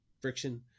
friction